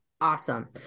Awesome